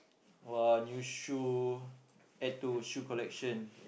!wah! new shoe add to shoe collection